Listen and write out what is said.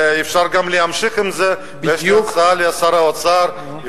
ואפשר גם להמשיך עם זה, ויש לי הצעה לשר האוצר.